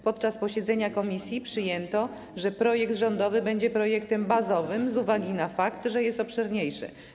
Podczas posiedzenia komisji przyjęto, że projekt rządowy będzie projektem bazowym, z uwagi na fakt, że jest obszerniejszy.